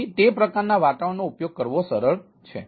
તેથી તે પ્રકારના વાતાવરણનો ઉપયોગ કરવો સરળ છે